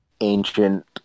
ancient